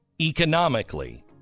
economically